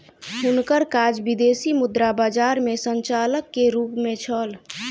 हुनकर काज विदेशी मुद्रा बजार में संचालक के रूप में छल